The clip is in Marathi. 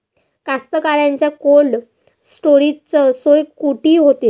कास्तकाराइच्या कोल्ड स्टोरेजची सोय कुटी होते?